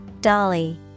Dolly